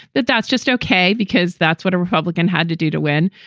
that that's just ok, because that's what a republican had to do to win,